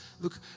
Look